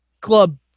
Club